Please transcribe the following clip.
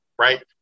Right